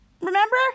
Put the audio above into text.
Remember